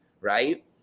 Right